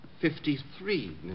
Fifty-three